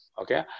Okay